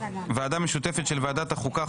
ועדה משותפת של ועדת החוקה,